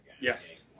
Yes